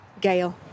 Gail